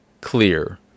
clear